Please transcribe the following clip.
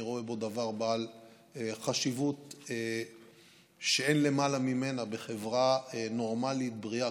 אני רואה בו דבר בעל חשיבות שאין למעלה ממנה בחברה נורמלית ובריאה,